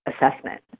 assessment